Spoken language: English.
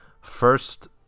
first